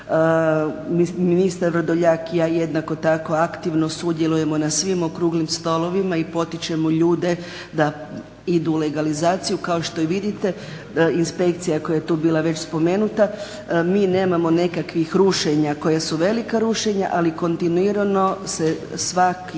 Ministar Vrdoljak i ja jednako tako aktivno sudjelujemo na svim okruglim stolovima i potičemo ljude da idu u legalizaciju, kao što i vidite inspekcija koja je tu već bila spomenuta mi nemamo nikakvih rušenja koja su velika rušenja ali kontinuirano se svaki